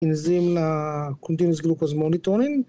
‫אנזים ל-Continuous Glucose Monitoring.